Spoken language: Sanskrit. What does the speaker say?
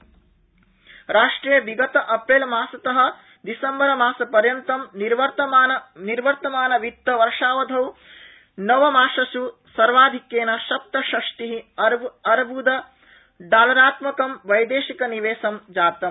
विदेशी निवेश राष्ट्रे विगत अप्रैलमासत दिसम्बरमासपर्यन्तं निवर्तमानवित्तवर्षावधौ नवमासस् सर्वाधिक्येन सप्तषष्टि अर्बुद डालरात्मकं वैदेशिकनिवेशं जातम्